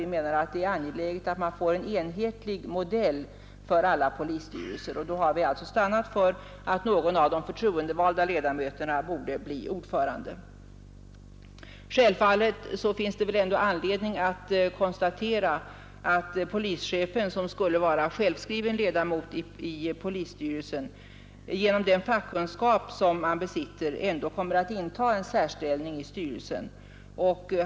Vi menar att det är angeläget att man får en enhetlig modell för alla polisstyrelser. Därför har vi alltså stannat för att någon av de förtroendevalda ledamöterna bör bli ordförande. Självfallet finns det väl anledning att konstatera att polischefen, som skulle vara självskriven ledamot i polisstyrelsen, genom den fackkunskap som han besitter ändå kommer att inta en särställning i styrelsen.